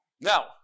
Now